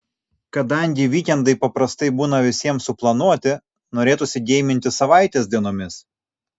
kadangi vykendai paprastai būna visiems suplanuoti norėtųsi geiminti savaitės dienomis